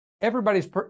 everybody's